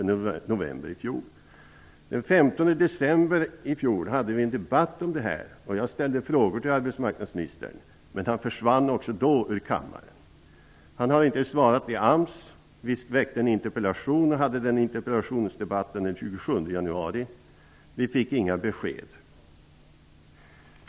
Den 15 december i fjol hade vi en debatt om detta. Jag ställde frågor till arbetsmarknadsministern, men han försvann också då ur kammaren. Han har inte svarat AMS. Vi väckte en interpellation och hade interpellationsdebatt den 27 januari. Vi fick inga besked.